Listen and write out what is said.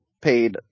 paid